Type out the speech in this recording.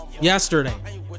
yesterday